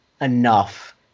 enough